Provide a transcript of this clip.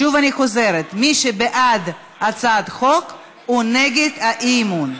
שוב אני חוזרת: מי שבעד הצעת החוק הוא נגד אי-אמון.